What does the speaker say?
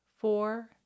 four